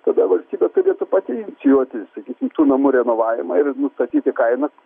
tada valstybė turėtų pati inicijuoti sakysim tų namų renovavimą ir nustatyti kainą